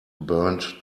burned